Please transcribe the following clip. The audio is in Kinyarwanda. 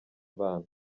abana